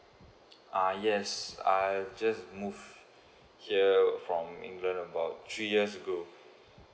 uh yes uh just moved here from england about three years ago